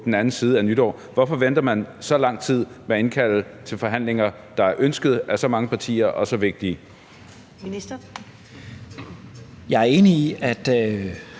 den anden side af nytår. Hvorfor venter man så lang tid med at indkalde til forhandlinger, der er ønsket af så mange partier og er så vigtige?